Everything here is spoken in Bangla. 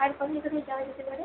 আর কোথায় কোথায় যাওয়া যেতে পারে